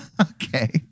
Okay